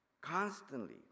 constantly